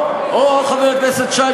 חבר הכנסת שי,